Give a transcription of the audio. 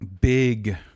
big